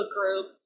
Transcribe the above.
group